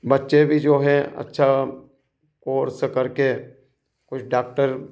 बच्चे भी जो हैं अच्छा और सरकर के कुछ डाक्टर